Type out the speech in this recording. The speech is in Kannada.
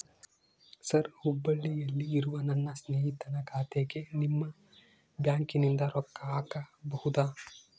ಸರ್ ಹುಬ್ಬಳ್ಳಿಯಲ್ಲಿ ಇರುವ ನನ್ನ ಸ್ನೇಹಿತನ ಖಾತೆಗೆ ನಿಮ್ಮ ಬ್ಯಾಂಕಿನಿಂದ ರೊಕ್ಕ ಹಾಕಬಹುದಾ?